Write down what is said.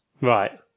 Right